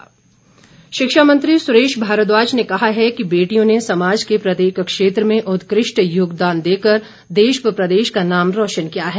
शिक्षा मंत्री शिक्षा मंत्री सुरेश भारद्वाज ने कहा है कि बेटियों ने समाज के प्रत्येक क्षेत्र में उत्कृष्ट योगदान देकर देश व प्रदेश का नाम रोशन किया है